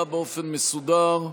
להצבעה באופן מסודר.